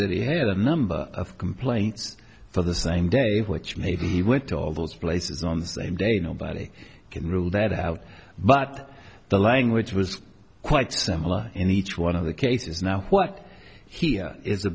that he had a number of complaints for the same day which maybe he went to all those places on the same day nobody can rule that out but the language was quite similar in each one of the cases now what here is a